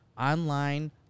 online